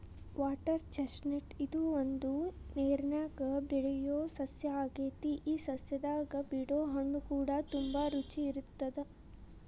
water chestnut ಇದು ಒಂದು ನೇರನ್ಯಾಗ ಬೆಳಿಯೊ ಸಸ್ಯ ಆಗೆತಿ ಈ ಸಸ್ಯದಾಗ ಬಿಡೊ ಹಣ್ಣುಕೂಡ ತುಂಬಾ ರುಚಿ ಇರತ್ತದ